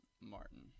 Martin